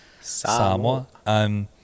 Samoa